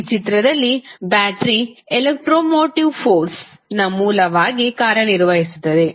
ಈ ಚಿತ್ರದಲ್ಲಿ battery electromotive force MF ನ ಮೂಲವಾಗಿ ಕಾರ್ಯನಿರ್ವಹಿಸುತ್ತದೆ